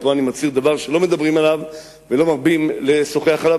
ופה אני מצהיר דבר שלא מדברים עליו ולא מרבים לשוחח עליו,